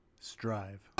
Strive